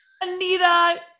Anita